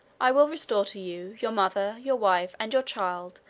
i will restore to you your mother, your wife, and your child,